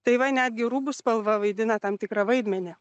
tai va netgi rūbų spalva vaidina tam tikrą vaidmenį